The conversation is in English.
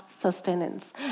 Sustenance